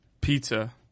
Pizza